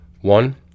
One